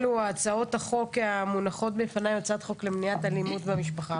אלה הצעות החוק המונחות בפניי: הצעת חוק למניעת אלימות במשפחה.